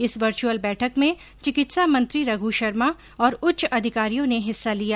इस वर्चुअल बैठक में चिकित्सा मंत्री रघु शर्मा और उच्च अधिकारियों ने हिस्सा लिया